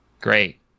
great